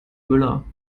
müller